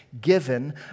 given